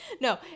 No